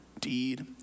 deed